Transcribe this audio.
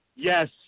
Yes